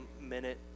minute